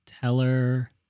teller